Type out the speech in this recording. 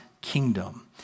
kingdom